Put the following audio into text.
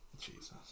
Jesus